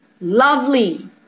lovely